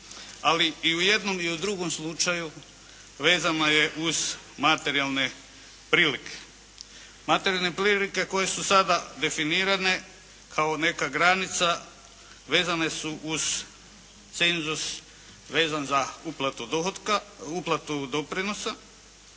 ali u jednom i u drugom slučaju vezano je uz materijalne prilike. Materijalne prilike koje su sada definirane kao neka granica vezane su uz cenzus vezan za uplatu doprinosa.